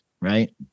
right